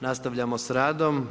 Nastavljamo sa radom.